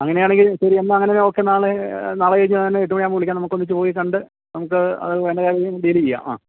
അങ്ങനെ ആണെങ്കിൽ ശരി എന്നാല് അങ്ങനെ ഓക്കെ നാളെ നാളെ കഴിഞ്ഞ് ഞാന് എട്ടു മണിയാകുമ്പോള് വിളിക്കാം നമുക്കൊന്നിച്ചു പോയി കണ്ട് നമുക്ക് അതു വേണ്ട കാര്യങ്ങള് ഡീലെയാം ആ